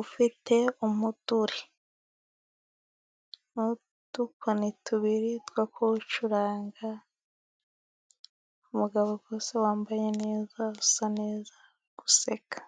ufite umuduri n'udukoni tubiri two kuwucuranga. Umugabo wambaye neza, usa neza, useka.